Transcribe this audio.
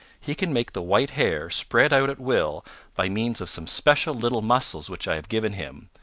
he can make the white hair spread out at will by means of some special little muscles which i have given him,